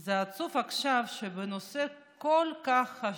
שעכשיו, בנושא כל כך חשוב,